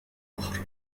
الآخر